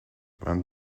vingt